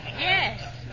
Yes